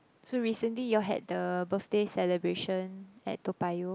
so recently you all had the birthday celebration at Toa-Payoh